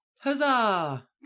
Huzzah